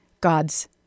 God's